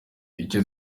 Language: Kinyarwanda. icyo